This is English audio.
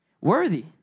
Worthy